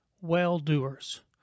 well-doers